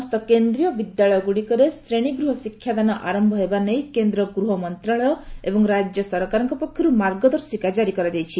KVS କଡକୁ ଦେଶରେ ଥିବା ସମସ୍ତ କେନ୍ଦ୍ରୀୟ ବିଦ୍ୟାଳୟଗୁଡିକରେ ଶ୍ରେଣୀଗୃହ ଶିକ୍ଷାଦାନ ଆରମ୍ଭ ହେବା ନେଇ କେନ୍ଦ୍ର ଗୃହ ମନ୍ତ୍ରଣାଳୟ ଏବଂ ରାଜ୍ୟ ସରକାରଙ୍କ ପକ୍ଷରୁ ମାର୍ଗଦର୍ଶିକା ଜାରି କରାଯାଇଛି